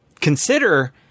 Consider